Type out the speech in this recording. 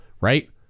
Right